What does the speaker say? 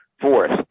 Fourth